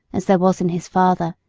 as there was in his father,